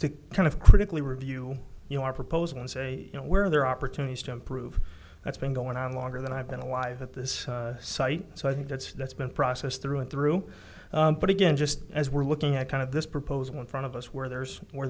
to kind of critically review your proposal and say you know where there are opportunities to improve that's been going on longer than i've been alive at this site so i think that's that's been processed through and through but again just as we're looking at kind of this proposal in front of us where there's more